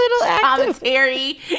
Commentary